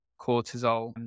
cortisol